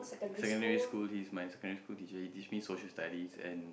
secondary school he is my secondary school teacher he teach me Social Studies and